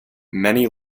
many